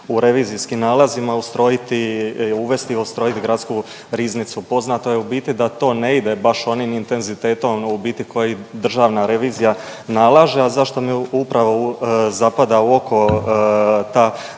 u revizijski nalazima ustrojiti, uvesti i ustrojiti gradsku riznicu. Poznato je, u biti da to ne ide baš onim intenzitetom u biti koji državna revizija nalaže, a zašto mi upravo zapada u oko ta